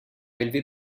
élevé